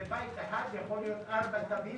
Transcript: בבית אחד יכול להיות ארבעה תגי חנייה,